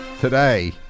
Today